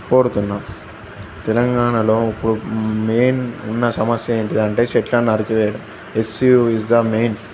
కోరుతున్నా తెలంగాణలో ఇప్పుడు మెయిన్ ఉన్న సమస్య ఏంటిదంటే చెట్లను నరికేయడం H C U is the main